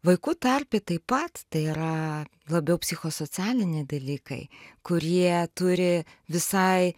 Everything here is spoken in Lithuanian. vaikų tarpe taip pat tai yra labiau psichosocialiniai dalykai kurie turi visai